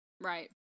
Right